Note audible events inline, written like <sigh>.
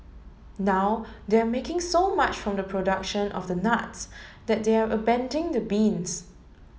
now they're making so much from the production of the nuts that they're <unintelligible> the beans